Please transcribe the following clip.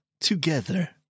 together